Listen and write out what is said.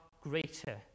greater